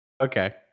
Okay